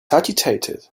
agitated